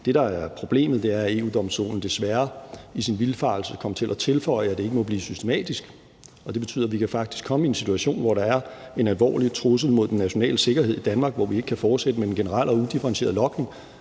problemet, er, at EU-Domstolen desværre i sin vildfarelse kom til at tilføje, at det ikke må blive systematisk. Det betyder, at vi faktisk kan komme i en situation, hvor der er en alvorlig trussel mod den nationale sikkerhed i Danmark, og hvor vi ikke kan fortsætte med en generel og udifferentieret logning,